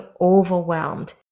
overwhelmed